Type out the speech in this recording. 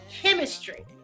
chemistry